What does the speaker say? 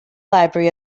library